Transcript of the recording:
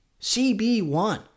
CB1